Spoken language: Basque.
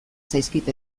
zaizkit